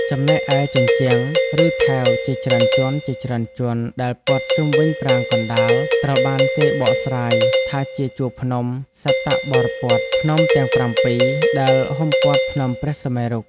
ចំណែកឯ ជញ្ជាំង ឬថែវជាច្រើនជាន់ៗដែលព័ទ្ធជុំវិញប្រាង្គកណ្តាល ត្រូវបានគេបកស្រាយថាជាជួរភ្នំ សត្តបរព៌ត ភ្នំទាំងប្រាំពីរ ដែលហ៊ុមព័ទ្ធភ្នំព្រះសុមេរុ។